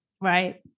Right